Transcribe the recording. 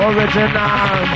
Original